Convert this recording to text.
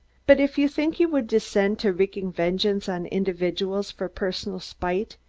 but if you think he would descend to wreaking vengeance on individuals for personal spite,